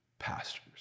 pastors